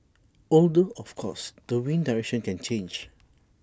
although of course the wind's direction can change